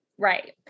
Right